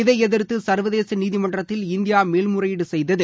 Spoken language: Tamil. இதை எதிர்த்து சர்வதேச நீதிமன்றத்தில் இந்தியா மேல்முறையீடு செய்தது